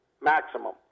maximum